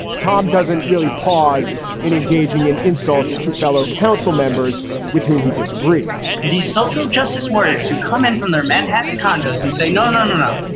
tom doesn't really pause in engaging in insults to fellow council members with whom he disagrees these social justice warriors who come in from their manhattan condos and say no, na na na.